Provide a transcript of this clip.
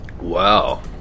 Wow